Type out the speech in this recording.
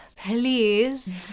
please